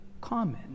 COMMON